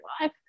life